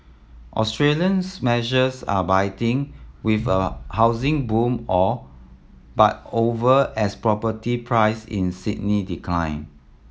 Australia's measures are biting with a housing boom all but over as property price in Sydney decline